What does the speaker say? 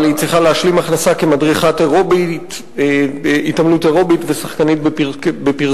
אבל היא צריכה להשלים הכנסה כמדריכת התעמלות אירובית ושחקנית בפרסומת.